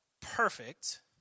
perfect